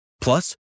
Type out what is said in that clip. Plus